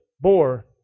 bore